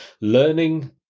learning